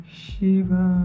Shiva